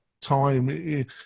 time